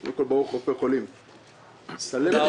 ברוך רופא חולים, אדוני היושב-ראש.